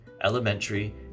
Elementary